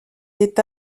est